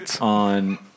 on